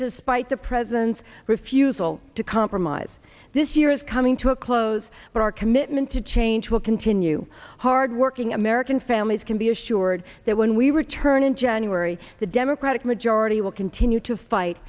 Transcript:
to spite the president's refusal to compromise this year is coming to a close but our commitment to change will continue hardworking american families can be assured that when we return in january the democratic majority will continue to fight